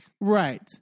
Right